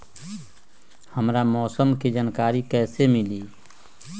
हमरा मौसम के जानकारी कैसी मिली?